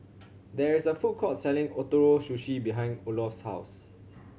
there is a food court selling Ootoro Sushi behind Olof's house